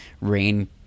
rain